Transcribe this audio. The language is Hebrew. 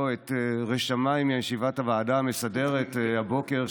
את רשמיי מישיבת הוועדה המסדרת הבוקר,